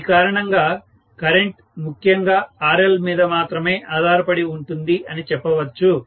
ఈ కారణంగా కరెంటు ముఖ్యముగా RL మీద మాత్రమే ఆధారపడి ఉంటుంది అని చెప్పొచ్చు